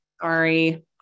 Sorry